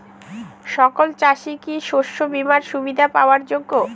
সকল চাষি কি শস্য বিমার সুবিধা পাওয়ার যোগ্য?